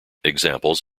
examples